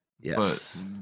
Yes